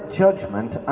judgment